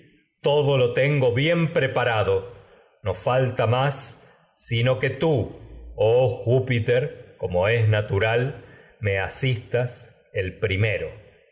todo sino lo tengo bien preparado no falta más como es que tú oh júpiter te natural me asistas el envía nue primero